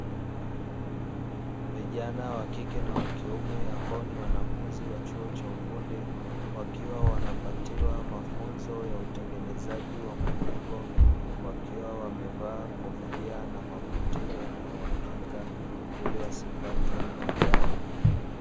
Vijana wa kike na wa kiume ambao ni wanafunzi wa chuo cha ufundi, wakiwa wanapatiwa mafunzo ya utengenezaji wa majengo wakiwa wamevaa kofia na mabuti yanayowakinga ili wasipatwe na madhara.